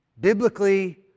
biblically